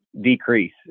decrease